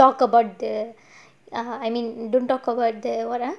don't like don't talk about the err I mean don't talk about the what ah